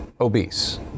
obese